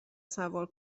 سوار